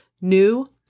new